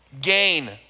gain